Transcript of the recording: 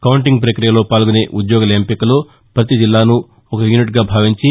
counting ప్రప్రక్రియలో పాల్గొనే ఉద్యోగుల ఎంపికలో పతి జిల్లాను ఒక యూనిట్గా భావించి